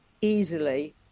easily